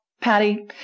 Patty